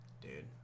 Dude